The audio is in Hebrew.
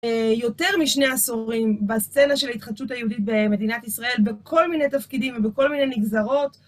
יותר משני עשורים בסצנה של ההתחדשות היהודית במדינת ישראל בכל מיני תפקידים ובכל מיני נגזרות.